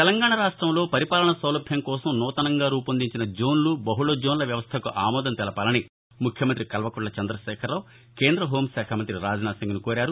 తెలంగాణ రాష్ట్రంలో పరిపాలన సౌలభ్యం కోసం నూతనంగా రూపొందించిన జోన్లు బహుళ జోన్ల వ్యవస్థకు ఆమోదం తెలపాలని ముఖ్యమంత్రి కల్వకుంట్ల చంద్రదేఖరరావు కేంద్ర హెూం శాఖ మంత్రి రాజ్నాథ్ సింగ్ను కోరారు